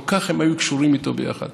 כל כך הם היו קשורים איתו ביחד.